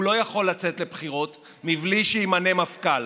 הוא לא יכול לצאת לבחירות מבלי שימנה מפכ"ל,